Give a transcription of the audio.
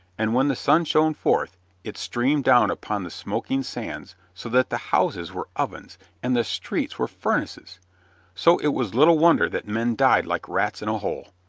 and when the sun shone forth it streamed down upon the smoking sands so that the houses were ovens and the streets were furnaces so it was little wonder that men died like rats in a hole.